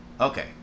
Okay